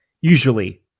Usually